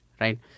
right